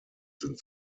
sind